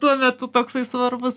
tuo metu toksai svarbus